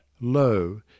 lo